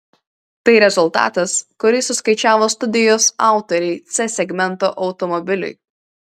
tai rezultatas kurį suskaičiavo studijos autoriai c segmento automobiliui